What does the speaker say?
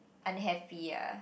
unhappy ah